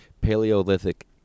Paleolithic